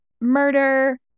murder